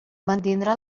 mantindrà